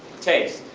taste